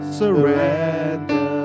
surrender